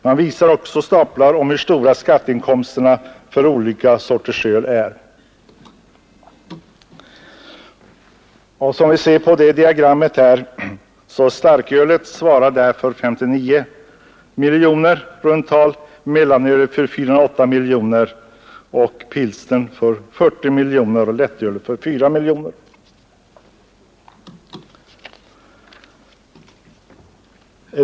Man visar också med staplar hur stora skatteinkomsterna är för olika sorters öl. Som vi ser av det diagram jag nu visar på TV-skärmen svarar starkölet för 59 miljoner kronor i runt tal, mellanölet för 408 miljoner, pilsnern för 40 miljoner och lättölet för 4 miljoner.